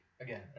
again